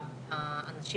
האנשים